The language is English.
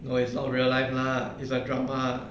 no is not real life lah it's a drama